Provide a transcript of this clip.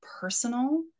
personal